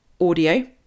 audio